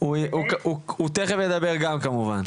כן, הוא תיכף ידבר גם כמובן.